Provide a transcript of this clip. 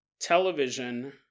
television